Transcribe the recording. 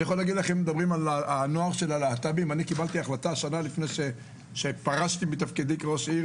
השנה לפני שפרשתי מתפקידי כראש העיר